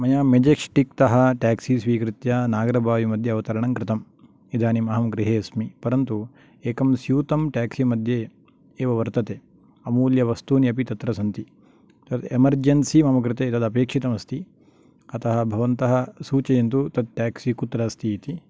मया मेजिष्टिक् तः टेक्सी स्वीकृत्य नागरभावी मध्ये अवतरणं कृतं इदानीम् अहं गृहे अस्मि परन्तु एकं स्यूतं टेक्सी मध्ये एव वर्तते अमूल्यवस्तुनि अपि तत्र सन्ति ए एमर्जेन्सी मम कृते तत् अपेक्षितम् अस्ति अतः भवन्तः सूचयन्तु तत् टेक्सी कुत्र अस्ति इति